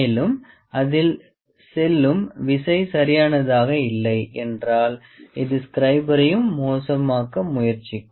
மேலும் அதில் செலுத்தும் விசை சரியானதாக இல்லை என்றால் இது ஸ்கிரிபரையும் மோசமாக்க முயற்சிக்கும்